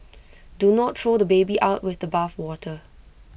do not throw the baby out with the bathwater